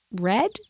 Red